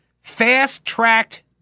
fast-tracked